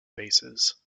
bases